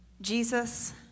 Jesus